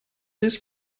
this